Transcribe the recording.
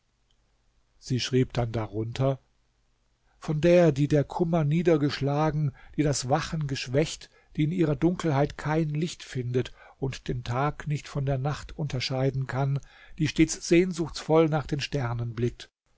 sie schrieb dann darunter von der die der kummer niedergeschlagen die das wachen geschwächt die in ihrer dunkelheit kein licht findet und den tag nicht von der nacht unterscheiden kann die stets sehnsuchtsvoll nach den sternen blickt